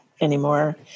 anymore